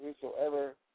whosoever